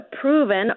proven